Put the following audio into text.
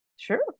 Sure